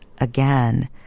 again